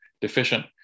deficient